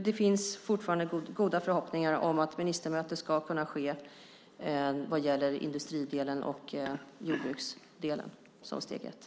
Det finns alltså fortfarande goda förhoppningar om att ministermötet ska kunna ske vad gäller industridelen och jordbruksdelen som steg ett.